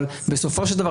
אבל בסופו של דבר,